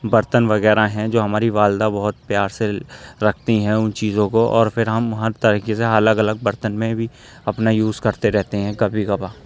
برتن وغیرہ ہیں جو ہماری والدہ بہت پیار سے رکھتی ہیں ان چیزوں کو اور پھر ہم ہر طریقے سے الگ الگ برتن میں بھی اپنا یوز کرتے رہتے ہیں کبھی کبھار